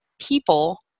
people